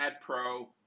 Pro